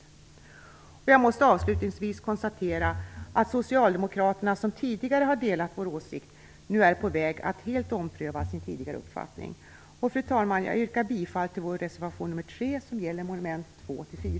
Avslutningsvis måste jag konstatera att socialdemokraterna som har delat vår åsikt nu är på väg att helt ompröva sin tidigare uppfattning. Fru talman! Jag yrkar bifall till vår reservation nr